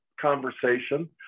conversation